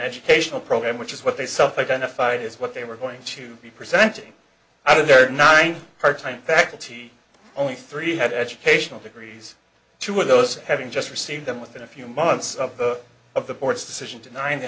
educational program which is what they self identified as what they were going to be presenting out of their nine hard time faculty only three had educational degrees two of those having just received them within a few months of the of the board's decision to nine